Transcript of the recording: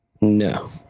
no